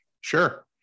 Sure